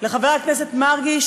לחבר הכנסת מרגי,